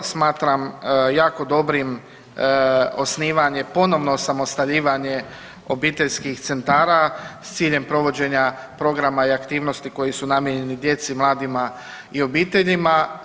Smatram jako dobrim osnivanje, ponovno osamostaljivanje obiteljskih centara s ciljem provođenja programa i aktivnosti koji su namijenjeni djeci, mladima i obiteljima.